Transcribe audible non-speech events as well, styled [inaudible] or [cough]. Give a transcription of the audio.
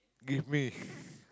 give me [breath]